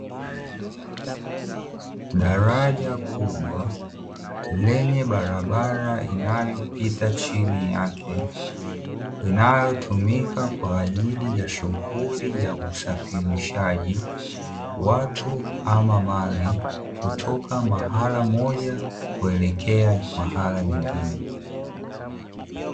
Daraja kubwa lenye barabara inayopita chini yake, inayotumika kwa ajili ya shughuli ya usafirishaji watu ama mali kutoka mahali moja kuelekea mahali pengine.